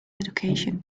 education